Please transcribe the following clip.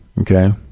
Okay